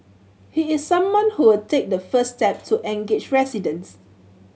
he is someone who will take the first step to engage residents